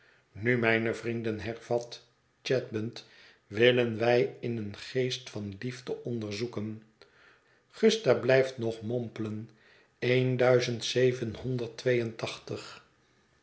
nu mijne vrienden hervat chadband willen wij in een geest van liefde onderzoeken gusta blijft nog mompelen een duizend zevenhonderd twee